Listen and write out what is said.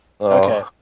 Okay